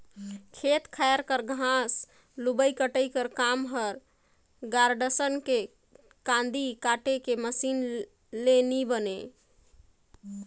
खेत खाएर कर घांस लुबई कटई कर काम हर गारडन के कांदी काटे के मसीन ले नी बने